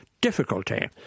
difficulty